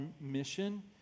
mission